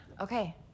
okay